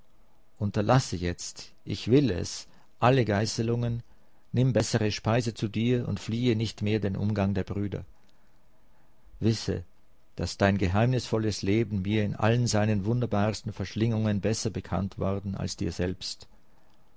unterlasse jetzt ich will es alle geißelungen nimm bessere speise zu dir und fliehe nicht mehr den umgang der brüder wisse daß dein geheimnisvolles leben mir in allen seinen wunderbarsten verschlingungen besser bekannt worden als dir selbst